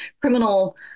criminal